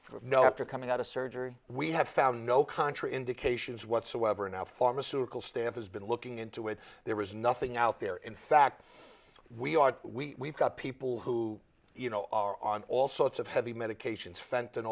know after coming out of surgery we have found no contra indications whatsoever and now pharmaceutical staff has been looking into it there was nothing out there in fact we are we got people who you know are on all sorts of heavy medications fen